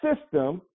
system